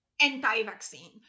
anti-vaccine